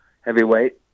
heavyweight